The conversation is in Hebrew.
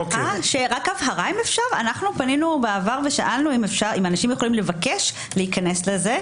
הבהרה אם אפשר פנינו בעבר ושאלנו אם אנשים יכולים לבקש להיכנס לזה.